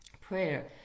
prayer